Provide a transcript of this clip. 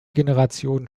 generation